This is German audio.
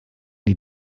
die